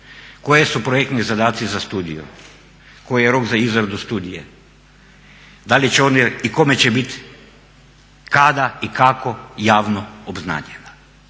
Koji su projektni zadaci za studiju? Koji je rok za izradu studije? Da li će one i kome će biti, kada i kako javno obznanjena?